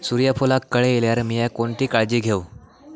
सूर्यफूलाक कळे इल्यार मीया कोणती काळजी घेव?